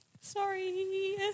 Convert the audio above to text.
sorry